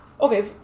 Okay